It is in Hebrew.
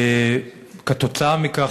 כתוצאה מכך,